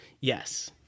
Yes